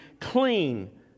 clean